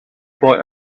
boy